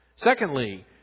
Secondly